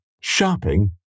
shopping